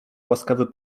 łaskawy